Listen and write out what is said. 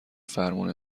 فرمون